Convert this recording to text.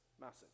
message